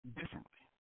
differently